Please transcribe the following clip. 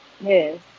Yes